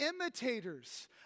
imitators